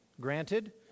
granted